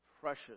precious